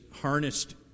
harnessed